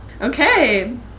Okay